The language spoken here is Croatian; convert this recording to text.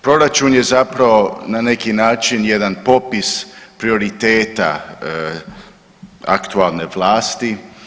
Proračun je zapravo na neki način jedan popis prioriteta aktualne vlasti.